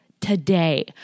today